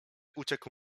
uciekł